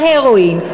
ההרואין,